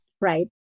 right